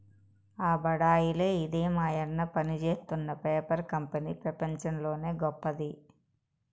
ఆ బడాయిలే ఇదే మాయన్న పనిజేత్తున్న పేపర్ కంపెనీ పెపంచంలోనే గొప్పది